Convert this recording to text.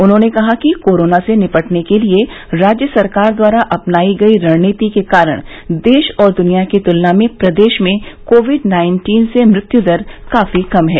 उन्होंने कहा कि कोरोना से निपटने के लिये राज्य सरकार द्वारा अपनाई गई रणनीति के कारण देश और दुनिया की तुलना में प्रदेश में कोविड नाइन्टीन से मृत्युदर काफी कम है